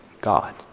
God